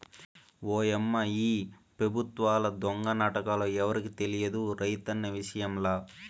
ఓయమ్మా ఈ పెబుత్వాల దొంగ నాటకాలు ఎవరికి తెలియదు రైతన్న విషయంల